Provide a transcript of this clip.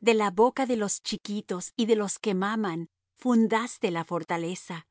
de la boca de los chiquitos y de los que maman fundaste la fortaleza